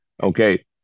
Okay